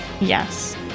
Yes